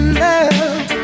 love